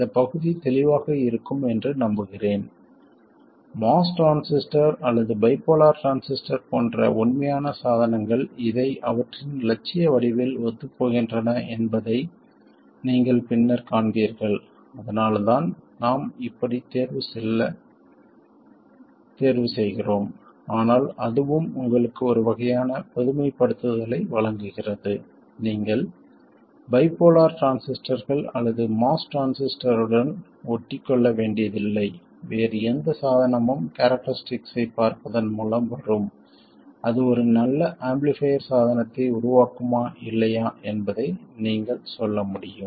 இந்த பகுதி தெளிவாக இருக்கும் என்று நம்புகிறேன் MOS டிரான்சிஸ்டர் அல்லது பைபோலார் டிரான்சிஸ்டர் போன்ற உண்மையான சாதனங்கள் இதை அவற்றின் இலட்சிய வடிவில் ஒத்துப்போகின்றன என்பதை நீங்கள் பின்னர் காண்பீர்கள் அதனால்தான் நாம் இப்படி செல்ல தேர்வு செய்கிறோம் ஆனால் அதுவும் உங்களுக்கு ஒரு வகையான பொதுமைப்படுத்தலை வழங்குகிறது நீங்கள் பைபோலார் டிரான்சிஸ்டர்கள் அல்லது MOS டிரான்சிஸ்டர்களுடன் ஒட்டிக்கொள்ள வேண்டியதில்லை வேறு எந்த சாதனமும் கேரக்டரிஸ்டிக்ஸ் ஐப் பார்ப்பதன் மூலம் வரும் அது ஒரு நல்ல ஆம்பிளிஃபைர் சாதனத்தை உருவாக்குமா இல்லையா என்பதை நீங்கள் சொல்ல முடியும்